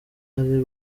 ari